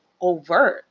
overt